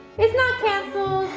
it's not canceled.